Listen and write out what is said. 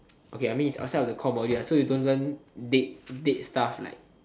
okay I mean it's outside of the core module so you don't learn dead stuff like